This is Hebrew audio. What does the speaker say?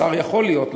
שר יכול להיות,